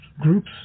groups